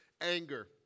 anger